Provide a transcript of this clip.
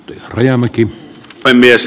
arvoisa puhemies